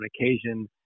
occasion